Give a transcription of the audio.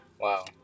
Wow